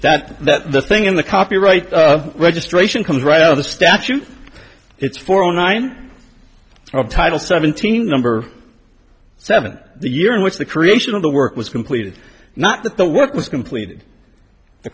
that that the thing in the copyright registration comes right out of the statute it's four or nine of title seventeen number seven the year in which the creation of the work was completed not that the work was completed the